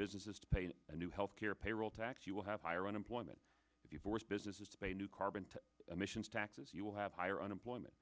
businesses to pay a new healthcare payroll tax you will have higher unemployment if you force businesses to pay new carbon to emissions taxes you will have higher unemployment